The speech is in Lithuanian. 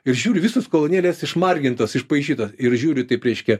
ir žiūriu visos kolonėlės išmargintos išpaišytos ir žiūriu taip reiškia